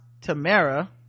Tamara